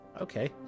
okay